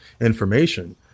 information